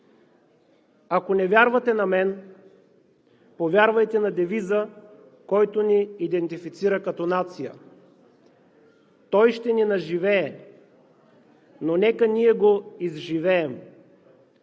Ако не вярвате на мен, повярвайте на девиза, който ни идентифицира като нация. Той ще ни надживее, но нека ние го изживеем.